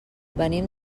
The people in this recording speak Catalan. venim